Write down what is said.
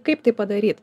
kaip tai padaryt